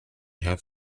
half